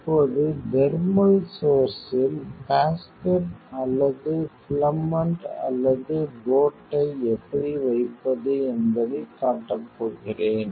இப்போது தெர்மல் சோர்ஸ்ஸில் பேஸ்கெட் அல்லது பிலமென்ட் அல்லது போட் ஐ எப்படி வைப்பது என்பதைக் காட்டப் போகிறேன்